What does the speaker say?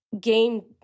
game